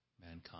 mankind